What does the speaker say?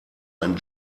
ein